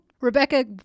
rebecca